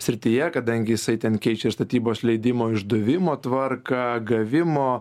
srityje kadangi jisai ten keičia ir statybos leidimo išdavimo tvarką gavimo